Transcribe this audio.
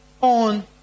on